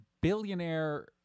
Billionaire